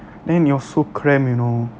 then you're so crammed you know